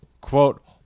quote